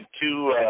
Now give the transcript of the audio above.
two